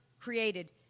created